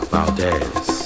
Valdez